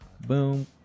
boom